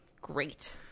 Great